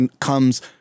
comes